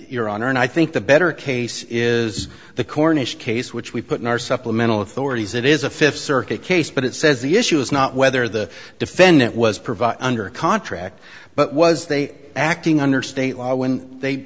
honor and i think the better case is the corniche case which we put in our supplemental authorities it is a fifth circuit case but it says the issue is not whether the defendant was provide under a contract but was they acting under state law when they